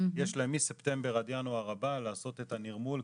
יש להם מספטמבר עד ינואר הבא לעשות את הנרמול,